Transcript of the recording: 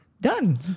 done